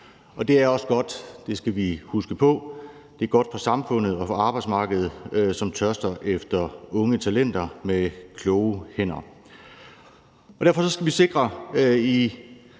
huske på – for samfundet og for arbejdsmarkedet, som tørster efter unge talenter med kloge hænder. Derfor skal vi her i